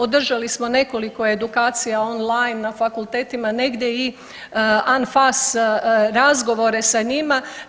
Održali smo nekoliko edukacija on-line, na fakultetima, negdje i an fas razgovore sa njima.